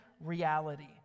reality